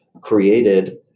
created